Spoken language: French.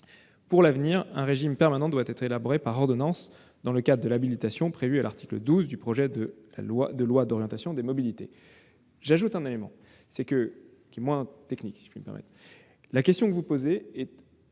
Pour l'avenir, un régime permanent doit être élaboré par ordonnance, dans le cadre de l'habilitation prévue à l'article 12 du projet de loi d'orientation des mobilités. J'ajoute un élément moins technique : la question que vous posez est